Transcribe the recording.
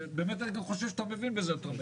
ואני גם חושב שאתה מבין בזה יותר טוב,